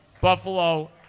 Buffalo